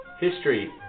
history